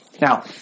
Now